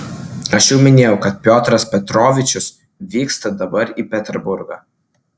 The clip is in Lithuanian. aš jau minėjau kad piotras petrovičius vyksta dabar į peterburgą